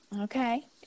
okay